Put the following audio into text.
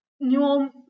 new